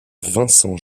vincent